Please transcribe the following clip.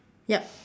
yup